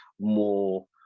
more